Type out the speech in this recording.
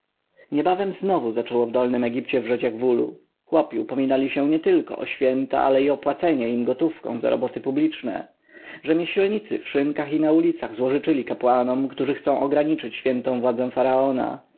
niebawem znowu zaczęło w dolnym egipcie wrzeć jak w ulu chłopi upominali się nietylko o święta ale i o płacenie im gotówką za roboty publiczne rzemieślnicy w szynkach i na ulicach złorzeczyli kapłanom którzy chcą ograniczyć świętą władzę faraona